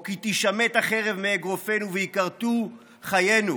או כי תישמט החרב מאגרופנו ויכרתו חיינו".